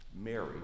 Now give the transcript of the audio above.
Mary